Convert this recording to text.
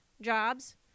jobs